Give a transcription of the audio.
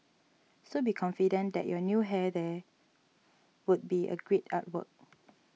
so be confident that your new hair there would be a great artwork